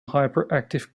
hyperactive